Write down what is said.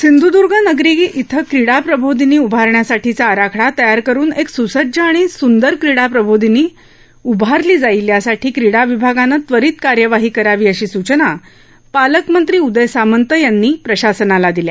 सिंध्दुर्गनगरी इथं क्रीडा प्रबोधिनी उभारण्यासाठीचा आराखडा तयार करून एक स्सज्ज आणि सुंदर क्रीडा प्रबोधिनी उभारली जाईल यासाठी क्रीडा विभागानं त्वरित कार्यवाही करावी अशी सूचना पालकमंत्री उदय सामंत यांनी यांनी प्रशासनाला दिल्या